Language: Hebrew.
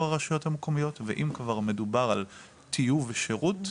הרשויות המקומיות ואם כבר מדובר על טיוב שירות,